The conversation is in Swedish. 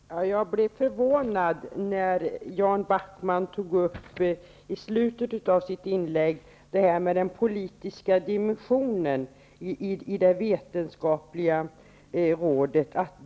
Herr talman! Jag blev förvånad när Jan Backman i slutet av sitt inlägg tog upp frågan om den politiska dimensionen i det vetenskapliga rådet.